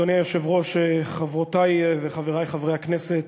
אדוני היושב-ראש, חברותי וחברי חברי הכנסת,